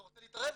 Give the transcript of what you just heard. אתה רוצה להתערב?